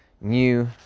new